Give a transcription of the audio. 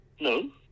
No